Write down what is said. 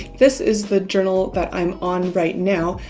this is the journal that i'm on right now.